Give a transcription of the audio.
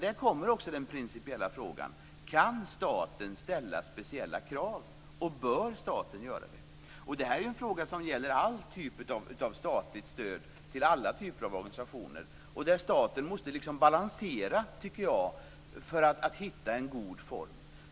Där kommer också den principiella frågan in: Kan staten ställa speciella krav, och bör staten göra det? Detta är ju en fråga som gäller all typ av statligt stöd till alla typer av organisationer. Staten måste balansera för att hitta en god form.